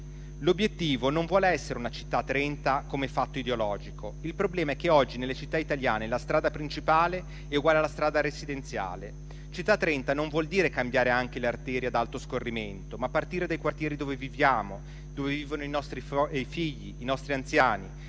L'obiettivo non vuole essere una "Città 30" come fatto ideologico. Il problema è che oggi nelle città italiane la strada principale è uguale alla strada residenziale. "Città 30" non vuol dire cambiare anche le arterie ad alto scorrimento, ma partire dai quartieri dove viviamo, dove vivono i nostri figli, i nostri anziani,